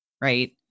right